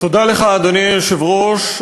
אדוני היושב-ראש,